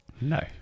No